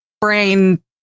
brain